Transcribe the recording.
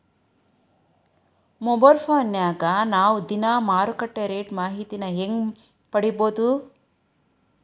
Mobile ಫೋನ್ಯಾಗ ನಾವ್ ದಿನಾ ಮಾರುಕಟ್ಟೆ ರೇಟ್ ಮಾಹಿತಿನ ಹೆಂಗ್ ಪಡಿಬೋದು?